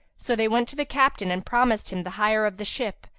so they went to the captain and promised him the hire of the ship,